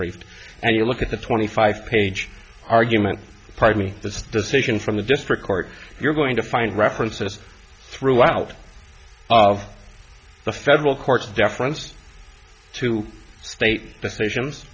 raised and you look at the twenty five page argument probably the decision from the district court you're going to find references throughout of the federal courts deference to state decisions